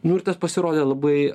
ir tas pasirodė labai